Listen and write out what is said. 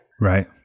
right